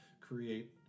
create